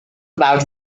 about